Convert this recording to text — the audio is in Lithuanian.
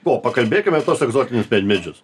po pakalbėkime tuos egzotinius medžius